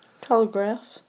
telegraph